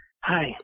Hi